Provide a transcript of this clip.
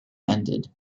ended